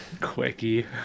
Quickie